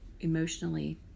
emotionally